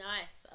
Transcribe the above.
Nice